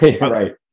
Right